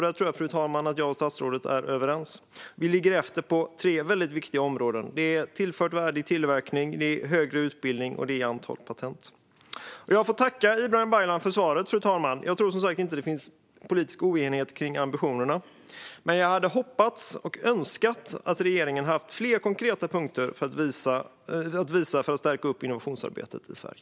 Där tror jag att jag och statsrådet är överens, fru talman. Vi ligger efter på tre väldigt viktiga områden: tillfört värde i tillverkning, högre utbildning och antal patent. Jag får tacka Ibrahim Baylan för svaret, fru talman. Jag tror som sagt inte att det finns politisk oenighet kring ambitionerna, men jag hade hoppats och önskat att regeringen hade kunnat visa fler konkreta punkter när det gäller att stärka innovationsarbetet i Sverige.